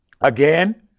Again